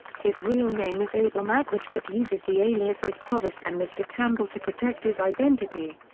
his real name is abel magwitch but uses the aliases provis and mr. campbell to protect his identity.